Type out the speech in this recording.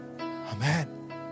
amen